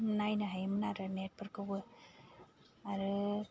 नायनो हायोमोन आरो नेटफोरखौबो आरो